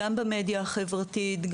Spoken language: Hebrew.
גם במדיה החברתית,